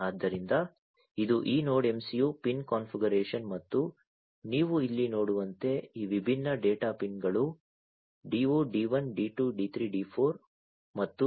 ಆದ್ದರಿಂದ ಇದು ಈ ನೋಡ್ MCU ಪಿನ್ ಕಾನ್ಫಿಗರೇಶನ್ ಮತ್ತು ನೀವು ಇಲ್ಲಿ ನೋಡುವಂತೆ ಈ ವಿಭಿನ್ನ ಡೇಟಾ ಪಿನ್ಗಳು D0 D1 D2 D3 D4